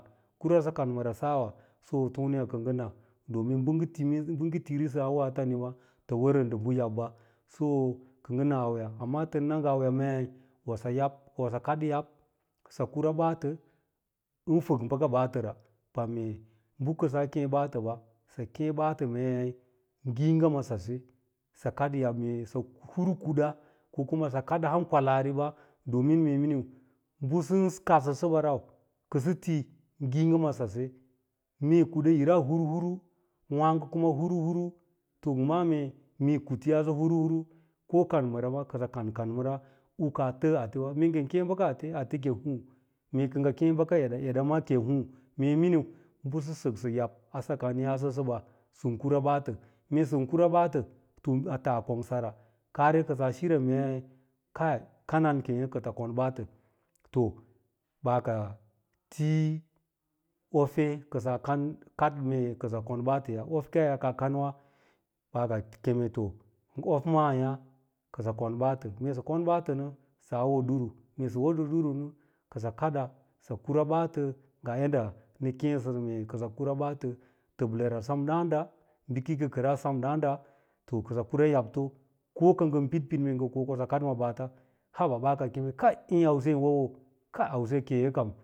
Kurasɚ anmɚra saawa so toneyà kɚ ngɚ na ɗomin bɚ ngɚ timi bɚ ngɚ tirisɚ a woa tani ɓa tɚ wɚrɚn ndɚ bɚ yabba, so kɚ ngɚ na auya amma tɚn na ngɚ auya maa mei wosɚ yab, wosɚ kaɗyaɓ sɚ kura ɓaatɚ on fɚk bɚka ɓaatɚra pam mee bɚ ka kêê baatɚ ɓa, sɚ kii ɓaatɚ mee ngiiga ma sase sɚ kaɗ yab mee sɚ hur kuda kuma sɚ kaɗa ham kwalanriɓa domin me nine nau kɚsɚ ti ngiiga ma sase mee kuɗa’ira hur huru wààêgo kuma har huru sɚ ma’a meo mee knayaase hurhuru ko kanmɚra kɚ sɚ kan kanmɚra u kaa tɚɚ atewa mee ngɚn kêê bɚka ate, ate kɚi hu’u mee kɚ ngɚ kêê bɚka ata eɗa kiyi hûû mee miniu bɚsɚsɚk yab a sallane yaase sɚɓa sɚn kura ɓantɚ, mee sɚn kura baatɚ a taa kongsara, kaare kɚ saa shin mee kai kanan kêêya kɚ kon baatɚ to ɓaa ka ti ofe kɚsaa kan mee kadan kɚ sɚ kon baatɚyan, of kaya kaa kanwà baa kem to of manyà kɚsɚ kon ɓaatɚ, mee sɚ kon ɓantɚ nɚ saa wo ɗuru mee sɚ wo ɗiwu nɚ sɚ kada sɚ kura baatɚ ngaa yadda nɚ kêêsɚ sɚ mee kɚsɚ kura ɓaatɚ tɚblɚ sem dàànda, bɚkakekɚra sem dàànda kɚ ngɚ kura yabto ko ka ngɚ piɗ-piɗ ko ngɚ kaɗ ma ɓaata, haba ɓaa kem êê ausiya yin won wo ausiya kam.